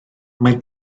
mae